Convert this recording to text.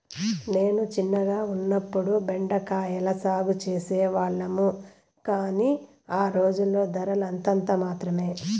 నేను చిన్నగా ఉన్నప్పుడు బెండ కాయల సాగు చేసే వాళ్లము, కానీ ఆ రోజుల్లో ధరలు అంతంత మాత్రమె